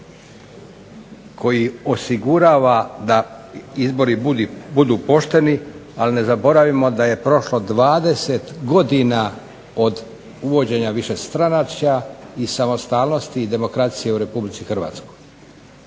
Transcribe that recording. koji osigurava da izbori budu pošteni, ali ne zaboravimo da je prošlo 20 godina od uvođenja višestranačja i samostalnosti i demokracije u Republici Hrvatskoj.